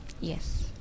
Yes